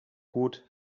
gut